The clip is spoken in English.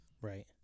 Right